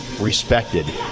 respected